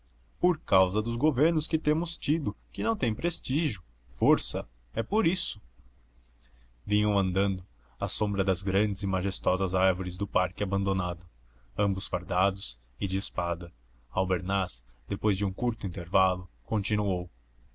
por causa dos governos que temos tido que não têm prestígio força é por isso vinham andando à sombra das grandes e majestosas árvores do parque abandonado ambos fardados e de espada albernaz depois de um curto intervalo continuou